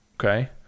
Okay